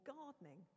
gardening